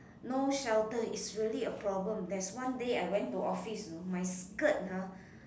no shelter is really a problem there's one day I went to office know my skirt ah